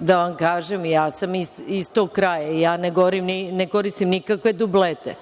Da vam kažem, i ja sam iz tog kraja, ja ne koristim nikakve dublete.